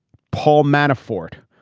paul manafort,